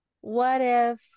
what-if